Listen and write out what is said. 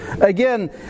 again